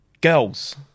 girls